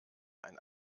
ein